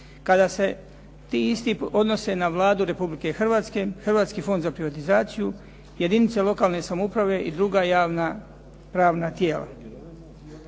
Kada se ti isti odnose na Vladu Republike Hrvatske, Hrvatski fond za privatizaciju, jedinice lokalne samouprave i druga javna pravna tijela.